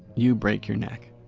you break your neck.